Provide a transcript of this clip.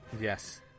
Yes